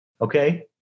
okay